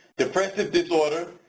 depressive disorder,